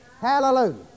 Hallelujah